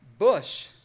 Bush